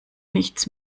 nichts